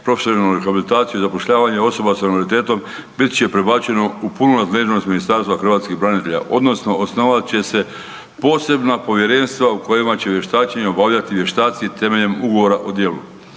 profesionalnu rehabilitaciju i zapošljavanje osoba s invaliditetom bit će prebačeno u punu nadležnost Ministarstva hrvatskih branitelja odnosno osnovat će se posebna povjerenstva u kojima će vještačenja obavljati vještaci temeljem ugovora o djelu,